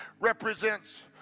represents